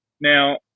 Now